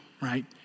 right